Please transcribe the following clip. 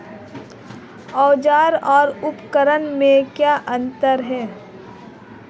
औज़ार और उपकरण में क्या अंतर है?